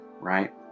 right